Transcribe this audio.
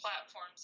platforms